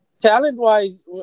Talent-wise